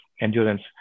endurance